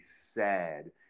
sad